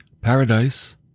Paradise